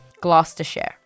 Gloucestershire